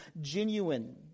genuine